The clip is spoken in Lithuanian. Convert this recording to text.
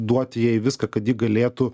duoti jai viską kad ji galėtų